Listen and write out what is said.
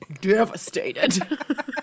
devastated